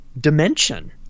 dimension